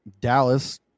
Dallas